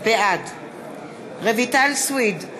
בעד רויטל סויד,